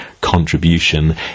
contribution